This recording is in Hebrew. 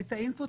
האינפוט,